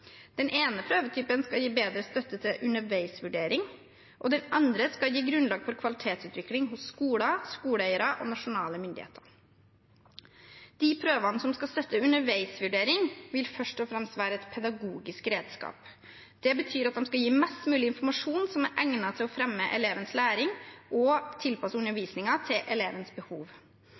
Den ene prøvetypen skal gi bedre støtte til underveisvurdering, og den andre skal gi grunnlag for kvalitetsutvikling hos skoler, skoleeiere og nasjonale myndigheter. De prøvene som skal støtte underveisvurdering, vil først og fremst være et pedagogisk redskap. Det betyr at de skal gi mest mulig informasjon som er egnet til å fremme elevens læring og tilpasse undervisningen til elevens behov.